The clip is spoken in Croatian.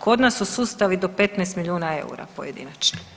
Kod nas su sustavi do 15 milijuna eura pojedinačni.